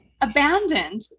abandoned